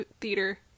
Theater